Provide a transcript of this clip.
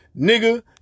Nigga